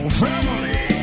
family